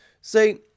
Say